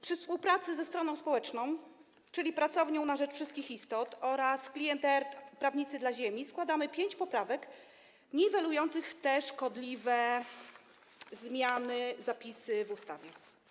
Przy współpracy ze stroną społeczną, czyli Pracownią na rzecz Wszystkich Istot, oraz ClientEarth - Prawnicy dla Ziemi składamy pięć poprawek niwelujących te szkodliwe zmiany, zapisy w ustawie.